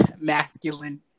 masculine